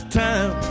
time